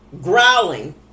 growling